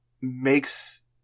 makes